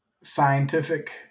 scientific